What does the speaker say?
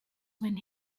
when